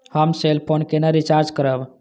हम cell phone केना recharge करब?